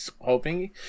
hoping